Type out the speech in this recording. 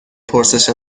پرسش